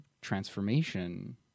transformation